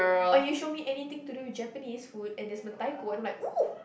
or you show me anything to do with Japanese food and there's Mentaiko I'll be like whoo